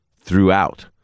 throughout